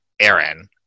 Aaron